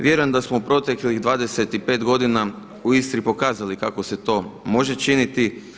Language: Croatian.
Vjerujem da smo u proteklih 25 godina u Istri pokazali kako se to može činiti.